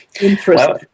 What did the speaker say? Interesting